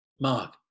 Mark